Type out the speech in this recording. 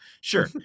sure